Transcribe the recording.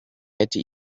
hätte